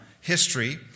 history